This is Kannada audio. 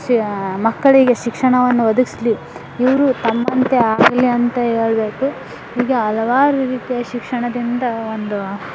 ಸಿ ಮಕ್ಕಳಿಗೆ ಶಿಕ್ಷಣವನ್ನು ಒದಗಿಸ್ಲಿ ಇವರು ತಮ್ಮಂತೆ ಆಗಲಿ ಅಂತ ಹೇಳ್ಬೇಕು ಹೀಗೆ ಹಲವಾರು ರೀತಿಯ ಶಿಕ್ಷಣದಿಂದ ಒಂದು